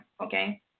okay